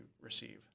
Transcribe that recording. receive